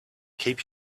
keep